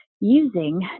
using